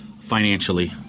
financially